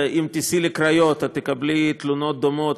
תודה.